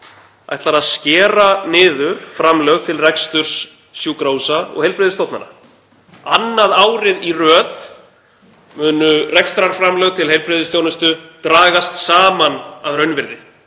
ætlar að skera niður framlög til reksturs sjúkrahúsa og heilbrigðisstofnana. Annað árið í röð munu rekstrarframlög til heilbrigðisþjónustu dragast saman að raunvirði.